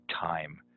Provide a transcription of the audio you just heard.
time